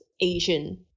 asian